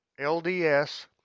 LDS